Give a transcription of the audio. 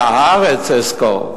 והארץ אזכור".